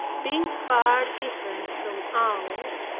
being far different from ours,